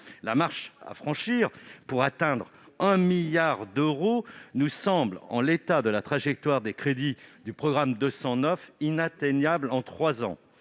La marche à franchir pour atteindre 1 milliard d'euros nous semble, en l'état de la trajectoire des crédits du programme 209, inatteignable en trois